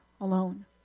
alone